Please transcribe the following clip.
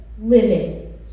living